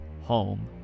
Home